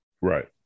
right